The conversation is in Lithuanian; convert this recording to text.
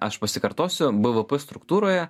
aš pasikartosiu bvp struktūroje